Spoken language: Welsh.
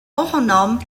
ohonom